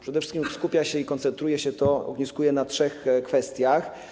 Przede wszystkim skupia się to, koncentruje, ogniskuje na trzech kwestiach.